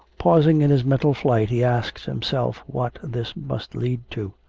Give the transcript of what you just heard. pausing in his mental flight he asked himself what this must lead to?